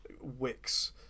wicks